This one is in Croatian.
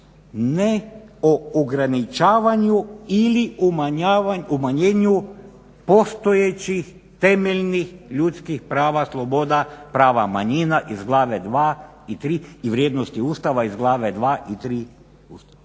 Ne o ograničavanju ili umanjenju postojećih temeljnih ljudskih prava, sloboda, prava manjina iz glave 2 i 3 i vrijednosti Ustava iz glave 2 i 3 Ustava,